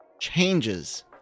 changes